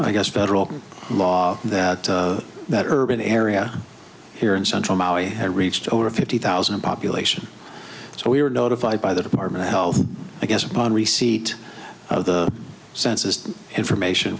i guess federal law that that urban area here in central maui had reached over fifty thousand population so we were notified by the department of health i guess upon receipt of the census information